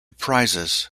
prizes